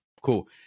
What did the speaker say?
Cool